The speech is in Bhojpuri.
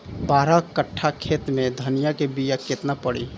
बारह कट्ठाखेत में धनिया के बीया केतना परी?